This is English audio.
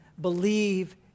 believe